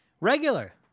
regular